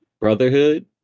Brotherhood